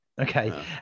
Okay